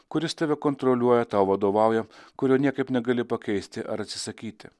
kuris tave kontroliuoja tau vadovauja kurio niekaip negali pakeisti ar atsisakyti